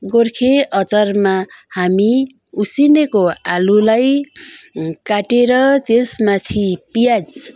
गोर्खे अचारमा हामी उसिनेको आलुलाई काटेर त्यसमाथि प्याज